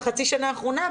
בחצי השנה האחרונה,